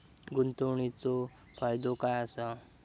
गुंतवणीचो फायदो काय असा?